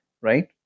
right